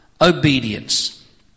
obedience